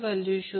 81 angle 21